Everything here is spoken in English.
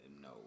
No